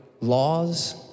laws